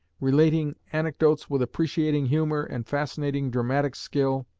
relating anecdotes with appreciating humor and fascinating dramatic skill,